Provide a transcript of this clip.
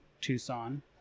Tucson